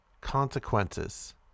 consequences